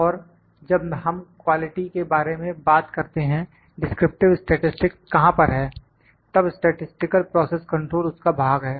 और जब हम क्वालिटी के बारे में बात करते हैं डिस्क्रिप्टिव स्टेटिस्टिक्स कहां पर है तब स्टैटिसटिकल प्रोसेस कंट्रोल उसका भाग है